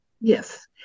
yes